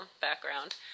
background